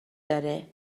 داره